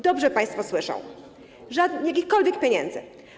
Dobrze państwo słyszą: jakichkolwiek pieniędzy.